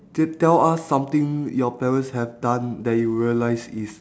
t~ tell us something your parents have done that you realise is